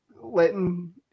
letting